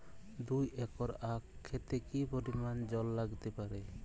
দুই একর আক ক্ষেতে কি পরিমান জল লাগতে পারে?